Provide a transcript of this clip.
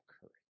courage